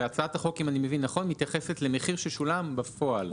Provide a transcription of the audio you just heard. והצעת החוק אם אני מבין נכון מתייחסת למחיר ששולם בפועל.